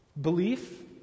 belief